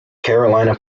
carolina